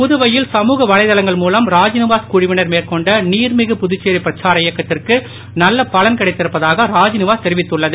புதுவையில் சமுக வலைத்தளங்கள் மூலம் ராஜ்நிவாஸ் குழுவினர் மேற்கொண்ட நீர்மிகு புதுச்சேரி பிரச்சார இயக்கத்திற்கு நல்ல பலன் கிடைத்திருப்பதாக ராஜ்நிவாஸ் தெரிவித்துள்ளது